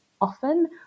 often